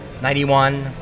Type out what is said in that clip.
Ninety-one